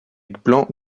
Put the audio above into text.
blanc